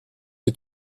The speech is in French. que